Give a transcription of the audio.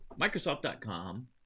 Microsoft.com